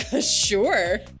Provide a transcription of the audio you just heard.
Sure